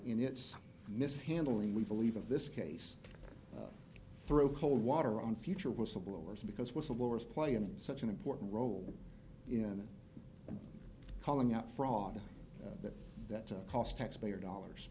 in its mis handling we believe in this case throw cold water on future whistleblowers because whistleblowers play in such an important role in calling out fraud that that cost taxpayer dollars